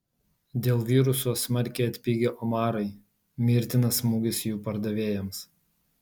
dėl viruso smarkiai atpigę omarai mirtinas smūgis jų pardavėjams